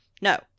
No